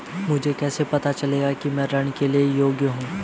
मुझे कैसे पता चलेगा कि मैं ऋण के लिए योग्य हूँ?